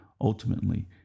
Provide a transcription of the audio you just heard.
ultimately